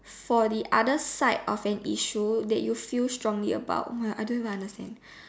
for the other side of an issue that you feel strongly about ah I don't even understand